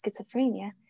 Schizophrenia